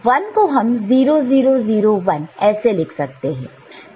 1 को हम 0 0 0 1 ऐसे लिख सकते हैं